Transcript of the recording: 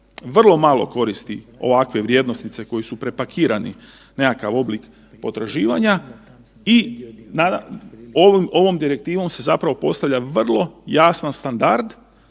vrlo malo koristi ovakve vrijednosnice koji su prepakirani u nekakav oblik potraživanja i ovom Direktivom se zapravo postavlja vrlo jasan standard